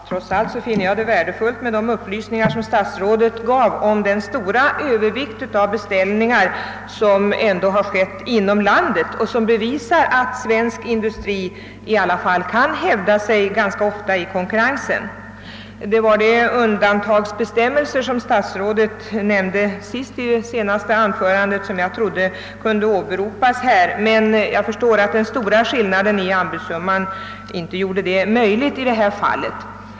Herr talman! Jag finner trots allt de upplysningar värdefulla, som statsrådet lämnade om den stora övervikten för beställningar som placerats inom landet. Detta visar att svensk industri ändå ganska ofta kan hävda sig i konkurrensen. Jag trodde att man skulle kunna åberopa de undantagsbestämmelser, som statsrådet nämnde i slutet av sitt senaste anförande, men jag förstår att den stora skillnaden i anbudssumman inte gjorde detta möjligt i det fall det här gäller.